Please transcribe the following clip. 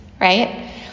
right